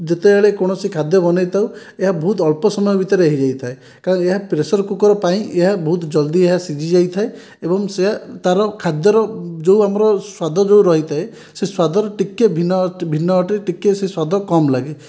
ଯେତେବେଳେ କୌଣସି ଖାଦ୍ୟ ବନାଇଥାଉ ଏହା ବହୁତ ଅଳ୍ପ ସମୟ ଭିତରେ ହୋଇଯାଇଥାଏ କାଇଁ ଏହା ପ୍ରେସର୍ କୁକର୍ ପାଇଁ ଏହା ବହୁତ ଜଲ୍ଦି ଏହା ସିଝିଯାଇଥାଏ ଏବଂ ସେ ତା'ର ଖାଦ୍ୟର ଯେଉଁ ଆମର ସ୍ୱାଦ ଯେଉଁ ରହିଥାଏ ସେ ସ୍ଵାଦରୁ ଟିକିଏ ଭିନ୍ନ ଭିନ୍ନ ଅଟେ ଟିକିଏ ସେ ସ୍ୱାଦ କମ୍ ଲାଗେ